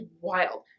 wild